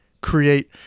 create